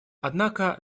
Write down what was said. однако